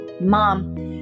mom